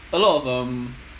a lot of um